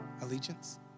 allegiance